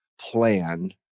plan